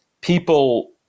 people